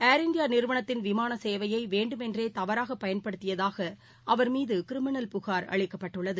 ஏர் இண்டியாநிறுவனத்தின் விமானசேவையைவேண்டுமென்றேதவறாகபயன்படுத்தியதாகஅவர் மீதுகிரிமினல் புகார் அளிக்கப்பட்டுள்ளது